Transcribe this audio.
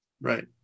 right